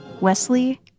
Wesley